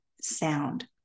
sound